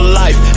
life